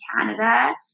Canada